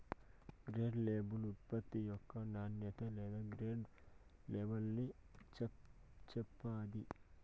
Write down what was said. grade label ఉత్పత్తి యొక్క నాణ్యత లేదా గ్రేడ్ లెవల్ని చెప్తాది